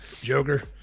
Joker